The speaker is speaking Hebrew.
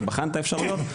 שבחן את האפשרויות,